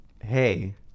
hey